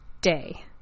day